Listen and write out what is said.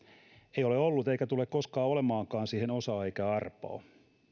ei ole ollut eikä tule koskaan olemaankaan siihen osaa eikä arpaa